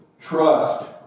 trust